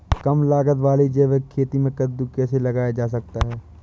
कम लागत वाली जैविक खेती में कद्दू कैसे लगाया जा सकता है?